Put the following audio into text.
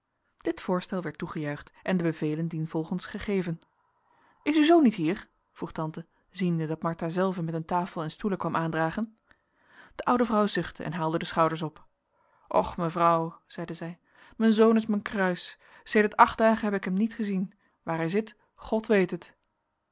dit voorstel werd toegejuicht en de bevelen dienvolgens gegeven is uw zoon niet hier vroeg tante ziende dat martha zelve met een tafel en stoelen kwam aandragen de oude vrouw zuchtte en haalde de schouders op och mevrouw zeide zij men zoon is men kruis sedert acht dagen heb ik hem niet ezien waar hij zit god weet het